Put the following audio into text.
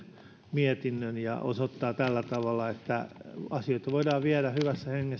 mietinnön ja osoittaa tällä tavalla että asioita voidaan viedä hyvässä